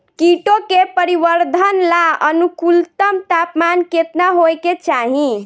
कीटो के परिवरर्धन ला अनुकूलतम तापमान केतना होए के चाही?